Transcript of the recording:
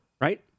Right